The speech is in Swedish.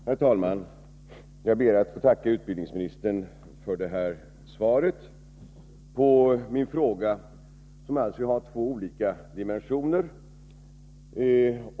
Herr talman! Jag ber att få tacka utbildningsministern för svaret på min fråga, som alltså har två olika dimensioner.